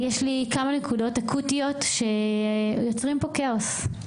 יש כמה נקודות אקוטיות שיוצרות פה כאוס.